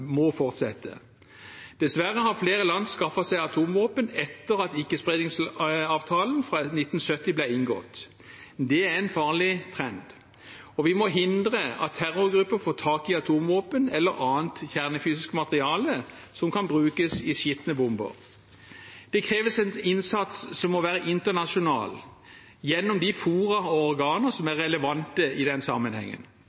må fortsette. Dessverre har flere land skaffet seg atomvåpen etter at ikkespredningsavtalen fra 1970 ble inngått. Det er en farlig trend. Vi må hindre at terrorgrupper får tak i atomvåpen eller annet kjernefysisk materiale som kan brukes i skitne bomber. Det kreves en innsats som må være internasjonal gjennom de fora og organer som